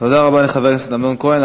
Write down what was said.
תודה רבה לחבר הכנסת אמנון כהן.